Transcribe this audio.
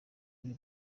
kuri